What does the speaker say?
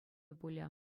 пулӗ